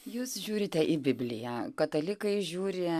jūs žiūrite į bibliją katalikai žiūri